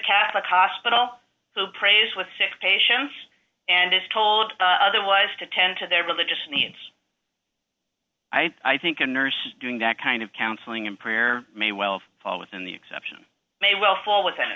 catholic hospital who prays with sick patients and is told otherwise to tend to their religious needs i think a nurse doing that kind of counseling and prayer may well fall within the exception may well fall within